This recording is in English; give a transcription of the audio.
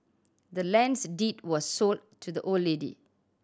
the land's deed was sold to the old lady